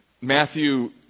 Matthew